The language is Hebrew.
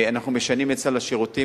אנחנו משנים את סל השירותים.